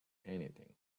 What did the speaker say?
anything